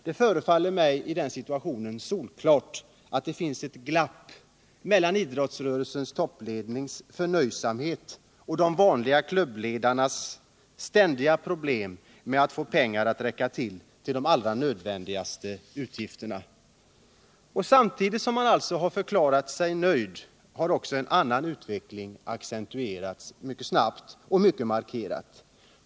Det förefaller mig i den situationen vara solklart att det finns ett glapp mellan idrottens topplednings förnöjsamhet och de vanliga klubbledarnas ständiga problem att få pengarna att räcka till de nödvändigaste utgifterna. Samtidigt som idrottsledningen har förklarat sig sitta nöjd har också en annan utveckling mycket snabbt och markerat accentuerats.